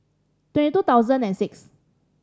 twenty two thousand and six